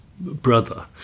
brother